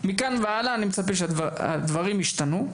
והלאה, אני מצפה שהדברים ישתנו,